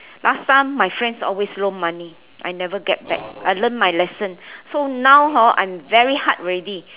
last time my friends always loan money I never get back I learnt my lesson so now hor I'm very hard already